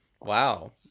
Wow